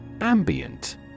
Ambient